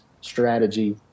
strategy